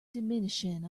diminishing